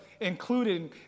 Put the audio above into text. included